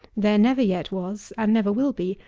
there never yet was, and never will be,